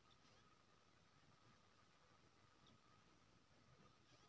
ओ अपन कर नहि चुकाबैत छल आब ओकरा दण्ड लागतै